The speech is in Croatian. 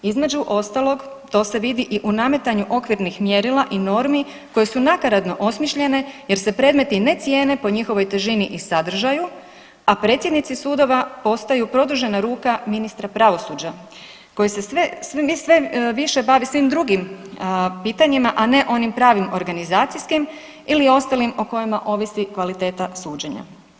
Između ostalog to se vidi i u nametanju okvirnog mjerila i normi koje su nakaradno osmišljene jer se predmeti ne cijene po njihovoj težini i sadržaju a predsjednici sudova postaju produžena ruka ministra pravosuđa koji se sve više bavi svim drugim pitanjima a ne onim pravim organizacijskim ili ostalim o kojima ovisi kvaliteta suđenja.